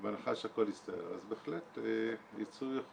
ובהנחה שהכל יסתדר אז בהחלט ייצוא יכול